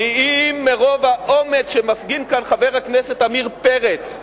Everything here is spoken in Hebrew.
אם מרוב האומץ שמפגין כאן חבר הכנסת עמיר פרץ,